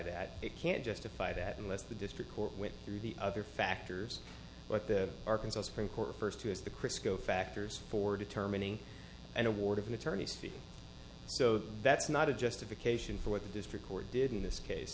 that it can't justify that unless the district court went through the other factors but the arkansas supreme court first who is the chris co factors for determining an award of attorney's fees so that's not a justification for what the district court did in this case